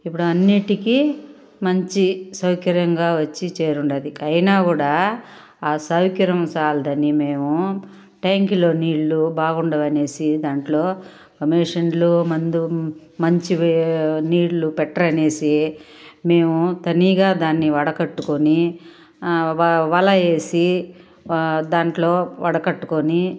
ఇపుడన్నింటికి మంచి సౌకర్యంగా వచ్చి చేరింది అయినా కూడా సౌకర్యం చాలదని మేము ట్యాంకులో నీళ్ళు బాగుండవు అని దాంట్లో మిషన్లు మందు మంచివీ నీళ్ళు పెట్టరు అని మేము తనీగా దాన్ని వడకట్టుకొని వా వల వేసి దాంట్లో వడకట్టుకొని